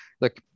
Look